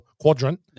quadrant